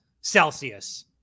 Celsius